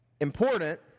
important